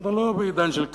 אנחנו כבר לא בעידן של קג"ב,